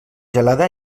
gelada